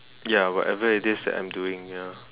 ya whatever it is that I am doing ya